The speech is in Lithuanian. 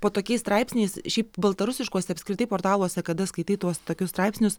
po tokiais straipsniais šiaip baltarusiškuose apskritai portaluose kada skaitai tuos tokius straipsnius